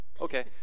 Okay